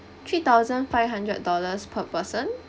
three thousand five hundred dollars per person